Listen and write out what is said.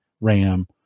RAM